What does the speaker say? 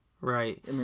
Right